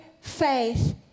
faith